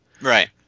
Right